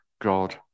God